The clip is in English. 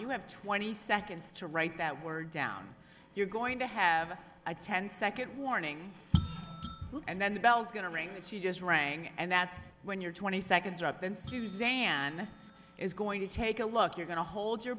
you have twenty seconds to write that word down you're going to have a ten second warning and then the bells going to ring and she just rang and that's when your twenty seconds are up and suzanne is going to take a look you're going to hold your